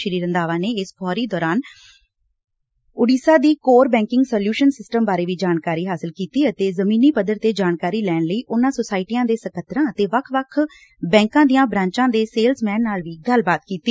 ਸ੍ਰੀ ਰੰਧਾਵਾ ਨੇ ਇਸ ਫੇਰੀ ਦੌਰਾਨ ਉਡੀਸ਼ਾ ਦੀ ਕੋਰ ਬੈੱਕਿੰਗ ਸਲਿਉਸ਼ਨ ਸਿਸਟਮ ਬਾਰੇ ਵੀ ਜਾਣਕਾਰੀ ਹਾਸਲ ਕੀਤੀ ਅਤੇ ਜ਼ਮੀਨੀ ਪੱਧਰ ਤੇ ਜਾਣਕਾਰੀ ਲੈਣ ਲਈ ਉਨ੍ਹਾਂ ਸੁਸਾਇਟੀਆਂ ਦੇ ਸਕੱਤਰਾਂ ਅਤੇ ਵੱਖ ਵੱਖ ਬੈਂਕਾਂ ਦੀਆਂ ਬਰਾਂਚਾਂ ਦੇ ਸੇਲਜ਼ਮੈਨ ਨਾਲ ਵੀ ਗੱਲਬਾਤ ਕੀਡੀ